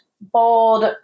Bold